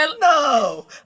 No